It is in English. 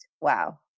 wow